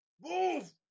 Move